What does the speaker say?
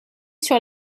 sur